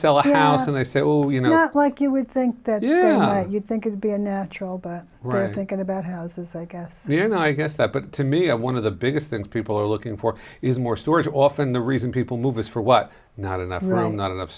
sell a house and i say well you know like you would think that yeah you'd think you'd be a natural but right thinking about houses i guess you know i guess that but to me i one of the biggest things people are looking for is more stories often the reason people move is for what not enough room not enough